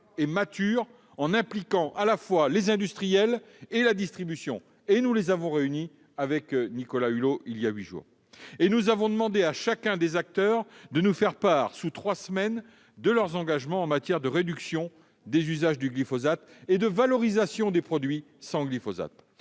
et mature, en impliquant à la fois les industriels et la distribution, que nous avons réunis, avec Nicolas Hulot, il y a huit jours. Nous avons demandé à chacun des acteurs de nous faire part, sous trois semaines, de leurs engagements en matière de réduction des usages du glyphosate et de valorisation des produits sans glyphosate.